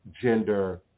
gender